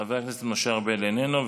חבר הכנסת משה ארבל, איננו.